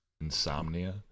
Insomnia